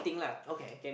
okay